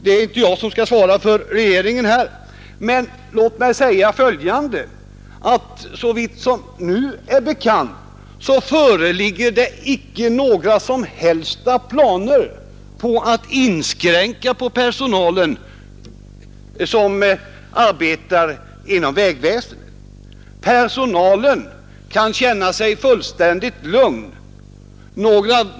Det är inte jag som skall svara för regeringen, men låt mig ändå säga att såvitt nu är bekant föreligger det inte några som helst planer på att göra inskränkningar i den personal som arbetar inom vägväsendet. Personalen kan känna sig fullständigt lugn.